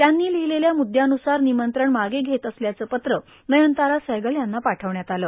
त्यांनी लिहिलेल्या मसुदयानुसार निमंत्रण मागे घेत असल्याचं पत्र नयनतारा सहगल यांना पाठविण्यात आलं